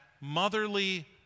motherly